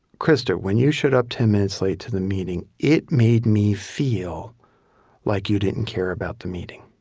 krista, when you showed up ten minutes late to the meeting, it made me feel like you didn't care about the meeting